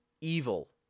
evil